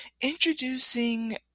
introducing